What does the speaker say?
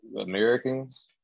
Americans